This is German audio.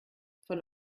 von